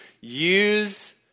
use